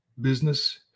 Business